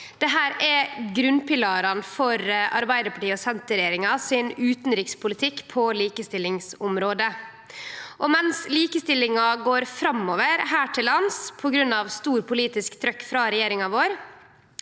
Dette er ein grunnpilar for Arbeidarparti–Senterparti-regjeringa sin utanrikspolitikk på likestillingsområdet. Mens likestillinga går framover her til lands på grunn av stort politisk trykk frå regjeringa vår,